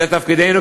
זה תפקידנו,